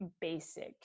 basic